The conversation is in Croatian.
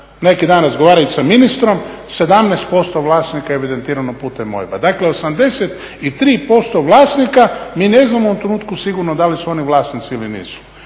neki dan razgovarajući sa ministrom 17% vlasnika je evidentirano putem OIB-a. Dakle, 83% vlasnika mi ne znamo u ovom trenutku sigurno da li su oni vlasnici ili nisu.